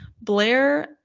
Blair